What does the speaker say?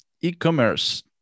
e-commerce